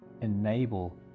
enable